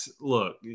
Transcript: look